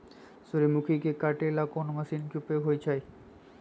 सूर्यमुखी के काटे ला कोंन मशीन के उपयोग होई छइ?